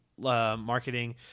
marketing